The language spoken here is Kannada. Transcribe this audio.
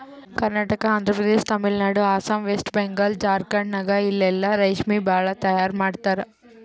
ಕರ್ನಾಟಕ, ಆಂಧ್ರಪದೇಶ್, ತಮಿಳುನಾಡು, ಅಸ್ಸಾಂ, ವೆಸ್ಟ್ ಬೆಂಗಾಲ್, ಜಾರ್ಖಂಡ ಇಲ್ಲೆಲ್ಲಾ ರೇಶ್ಮಿ ಭಾಳ್ ತೈಯಾರ್ ಮಾಡ್ತರ್